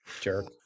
Jerk